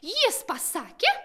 jis pasakė